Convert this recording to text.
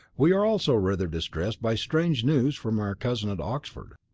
we are also rather distressed by strange news from our cousin at oxford.